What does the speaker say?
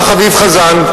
בא חביב חזאן,